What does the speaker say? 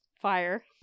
Fire